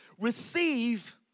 receive